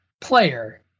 player